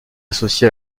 associé